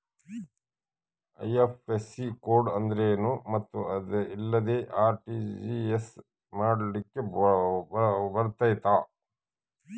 IFSC code ಅಂದ್ರೇನು ಮತ್ತು ಅದಿಲ್ಲದೆ ಆರ್.ಟಿ.ಜಿ.ಎಸ್ ಮಾಡ್ಲಿಕ್ಕೆ ಬರ್ತೈತಾ?